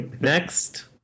next